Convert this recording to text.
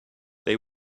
they